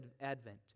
Advent